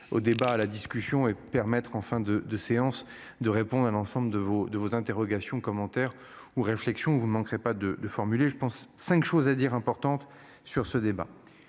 au débat à la discussion et permettre enfin de de séances de répondre à l'ensemble de vos de vos interrogations commentaire ou réflexion vous ne manquerez pas de de formuler je pense 5 choses à dire importante sur ce débat.